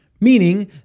meaning